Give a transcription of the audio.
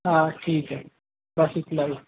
ہاں ٹھیک ہے بس اتنا ہی